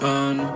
on